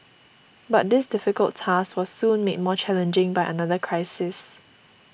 but this difficult task was soon made more challenging by another crisis